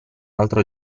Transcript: altro